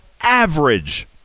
average